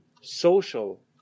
social